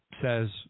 says